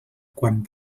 quan